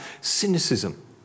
cynicism